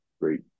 great